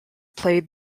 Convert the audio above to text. played